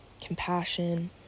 compassion